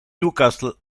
newcastle